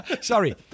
Sorry